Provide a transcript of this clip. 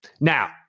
Now